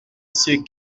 ceux